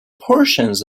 portions